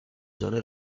zone